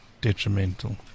detrimental